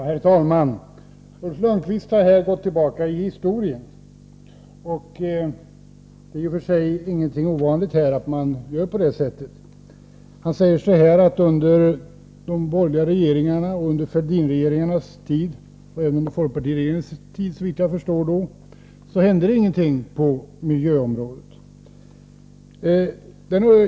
Herr talman! Ulf Lönnqvist har gått tillbaka i historien — men det är i och för sig inte ovanligt att man gör det här. Han säger att det under de borgerliga regeringarnas tid, under Fälldinregeringarnas tid — och såvitt jag kan förstå även under folkpartiregeringens tid — inte hände någonting på miljöområdet.